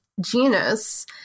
genus